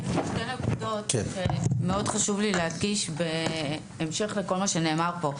שתי נקודות שמאוד חשוב לי להדגיש בהמשך לכל מה שנאמר פה,